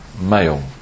male